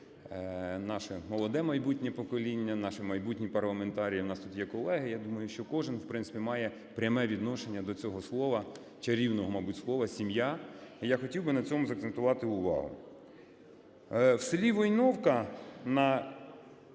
наше молоде майбутнє покоління, наші майбутні парламентарії, в нас тут є колеги. Я думаю, що кожен, в принципі, має пряме відношення до цього слова, чарівного, мабуть, слова "сім'я", і я хотів би на цьому закцентувати увагу. В селі Войнівка